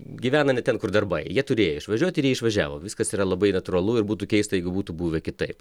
gyvena ne ten kur darbai jie turėjo išvažiuot ir jie išvažiavo viskas yra labai natūralu ir būtų keista jeigu būtų buvę kitaip